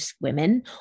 women